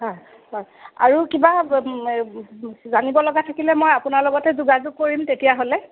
হয় হয় আৰু কিবা জানিবলগা থাকিলে মই আপোনাৰ লগতে যোগাযোগ কৰিম তেতিয়াহ'লে